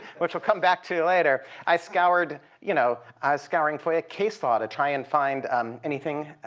which we'll come back to later. i scoured you know, i was scouring foia case law to try and find anything